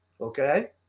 Okay